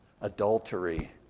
Adultery